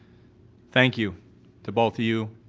thank you to both of you,